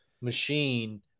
machine